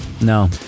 No